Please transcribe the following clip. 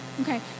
Okay